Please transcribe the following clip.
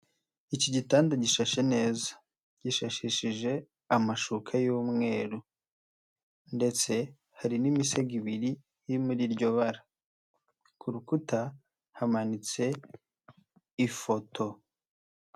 Iki gitanda gishashe neza. Gishashishije amashuka y'umweru. Ndetse hari n'imisego ibiri iri muri iryo bara. Ku rukuta hamanitse ifoto.